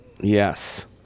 Yes